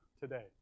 today